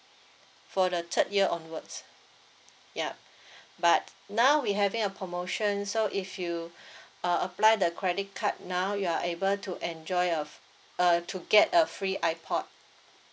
for the third year onwards ya but now we having a promotion so if you uh apply the credit card now you are able to enjoy of uh to get a free ipod